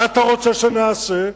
מה אתה רוצה שנעשה?